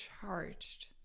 charged